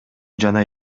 жана